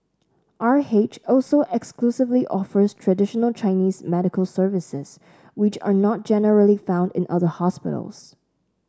R H also exclusively offers traditional Chinese medical services which are not generally found in other hospitals